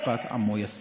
וחרפת עמו יסיר".